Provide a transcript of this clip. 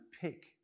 pick